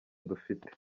dufite